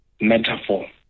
metaphor